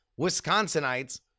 Wisconsinites